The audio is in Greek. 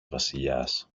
βασιλιάς